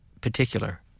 particular